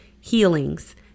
healings